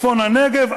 צפון-הנגב,